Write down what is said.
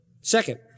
Second